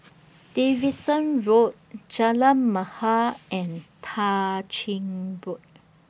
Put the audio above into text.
Davidson Road Jalan Mahir and Tah Ching Road